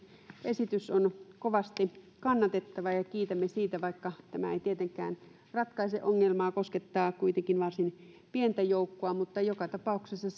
esitys on kovasti kannatettava ja kiitämme siitä vaikka tämä ei tietenkään ratkaise ongelmaa kun se koskettaa kuitenkin varsin pientä joukkoa mutta joka tapauksessa